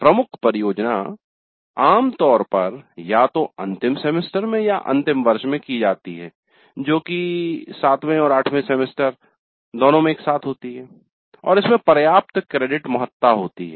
प्रमुख परियोजना आमतौर पर या तो अंतिम सेमेस्टर में या अंतिम वर्ष में की जाती है जो कि 7 वें और 8 वें सेमेस्टर दोनों में एक साथ होती है और इसमें पर्याप्त क्रेडिट महत्ता होती है